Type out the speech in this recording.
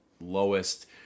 lowest